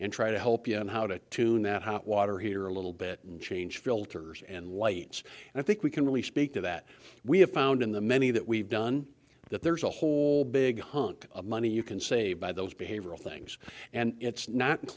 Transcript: and try to help you know how to tune that hot water here a little bit change filters and lights and i think we can really speak to that we have found in the many that we've done that there's a whole big hunk of money you can save by those behavioral things and it's not